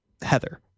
Heather